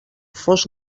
fos